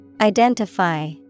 Identify